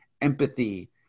empathy